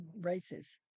races